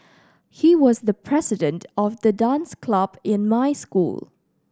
he was the president of the dance club in my school